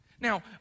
Now